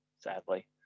sadly